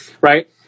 right